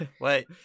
Wait